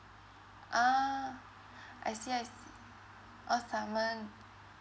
ah I see I see oh saman